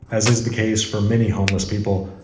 as is the case for many homeless people,